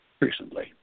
recently